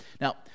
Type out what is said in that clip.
Now